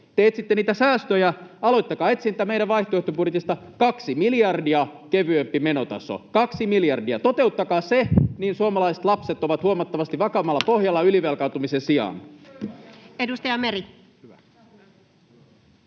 te etsitte niitä säästöjä. Aloittakaa etsintä meidän vaihtoehtobudjetistamme: 2 miljardia kevyempi menotaso — 2 miljardia. Toteuttakaa se, niin suomalaiset lapset ovat huomattavasti vakaammalla pohjalla